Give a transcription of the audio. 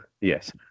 Yes